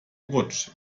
rutsch